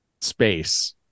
space